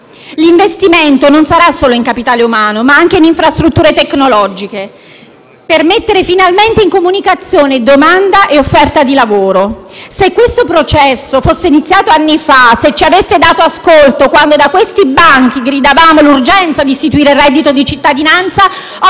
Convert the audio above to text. L'investimento non sarà solo in capitale umano, ma anche in infrastrutture tecnologiche per mettere finalmente in comunicazione domanda e offerta di lavoro. Se questo processo fosse iniziato anni fa, se ci aveste dato ascolto quando da questi banchi gridavamo l'urgenza di istituire il reddito di cittadinanza, oggi